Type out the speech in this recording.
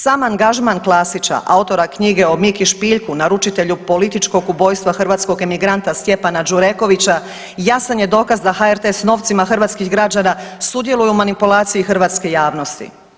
Sam angažman Klasića, autora knjige o Miki Špiljku, naručitelju političkog ubojstva hrvatskog imigranta Stjepana Đurekovića jasan je dokaz da HRT sa novcima hrvatskih građana sudjeluje u manipulaciji hrvatske javnosti.